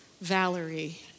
Valerie